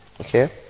okay